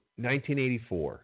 1984